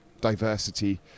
diversity